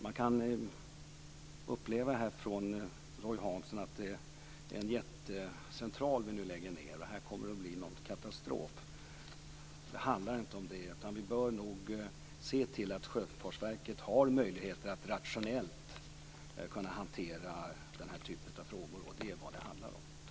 Man kan få uppfattningen från Roy Hansson att det är en jättecentral som vi nu lägger ned och att det kommer att bli en katastrof. Det handlar inte om det. Vi bör se till att Sjöfartsverket har möjligheter att hantera den här typen av frågor rationellt. Det är vad det handlar om.